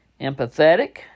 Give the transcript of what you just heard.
empathetic